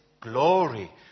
glory